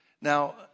Now